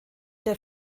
der